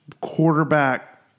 quarterback